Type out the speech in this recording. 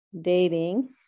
dating